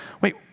wait